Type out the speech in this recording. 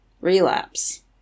relapse